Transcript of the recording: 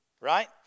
Right